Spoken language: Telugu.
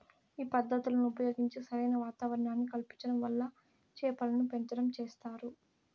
ఈ పద్ధతులను ఉపయోగించి సరైన వాతావరణాన్ని కల్పించటం వల్ల చేపలను పెంచటం చేస్తారు